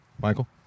michael